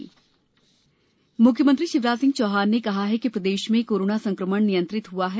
मुख्यमंत्री बैठक मुख्यमंत्री शिवराज सिंह चौहान ने कहा है कि प्रदेश में कोरोना संक्रमण नियंत्रित हुआ है